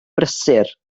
brysur